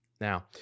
Now